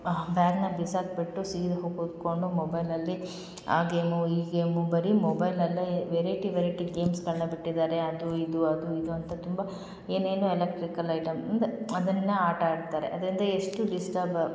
ಬ್ಯಾಗ್ನ ಬಿಸಾಕ್ಬಿಟ್ಟು ಸೀದ ಹೋಗಿ ಕೂತ್ಕೊಂಡು ಮೊಬೈಲಲ್ಲಿ ಆ ಗೇಮು ಈ ಗೇಮು ಬರೀ ಮೊಬೈಲಲ್ಲೇ ವೆರೈಟಿ ವೇರೈಟಿ ಗೇಮ್ಸ್ಗಳನ್ನ ಬಿಟ್ಟಿದ್ದಾರೆ ಅದು ಇದು ಅದು ಇದು ಅಂತ ತುಂಬ ಏನೇನು ಎಲೆಕ್ಟ್ರಿಕಲ್ ಐಟಮ್ ಇಂದ ಅದನ್ನೇ ಆಟ ಆಡ್ತಾರೆ ಅದರಿಂದ ಎಷ್ಟು ಡಿಸ್ಟಬ